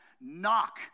knock